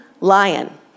lion